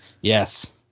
Yes